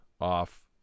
off